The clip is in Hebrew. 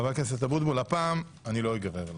חבר הכנסת אבוטבול, הפעם אני לא אגרר ל...